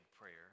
prayer